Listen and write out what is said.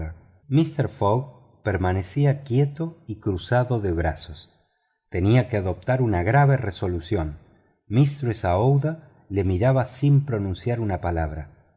fogg permanecía quieto y cruzado de brazos tenía que adoptar una grave resolución mistress aouida lo miraba sin pronunciar una palabra